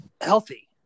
healthy